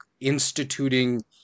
instituting